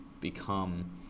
become